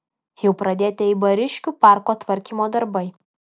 jau pradėti eibariškių parko tvarkymo darbai